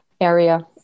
Area